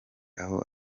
aho